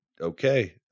Okay